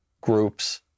groups